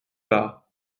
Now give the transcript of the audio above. part